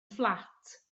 fflat